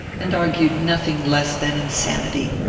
and argued nothing less than insanity.